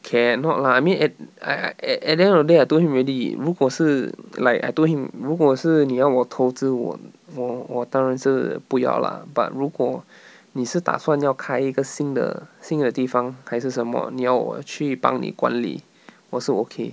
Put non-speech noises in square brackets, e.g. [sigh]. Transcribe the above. cannot lah I mean at I I at at the end of the day I told him already 如果是 like I told him 如果是你要我投资我我我当然是不要啦 but 如果 [breath] 你是打算要开一个新的新的地方还是什么你要我去帮你管理我是 okay